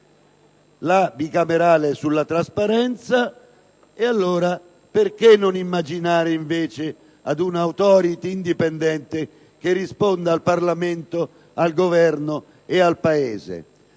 bicamerale sulla trasparenza. Perché non immaginare invece una Autorità indipendente che risponda al Parlamento, al Governo e al Paese?